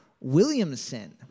Williamson